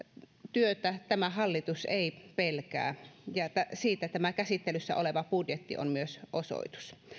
työtä tämä hallitus ei pelkää ja siitä tämä käsittelyssä oleva budjetti on myös osoitus